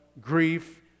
grief